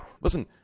listen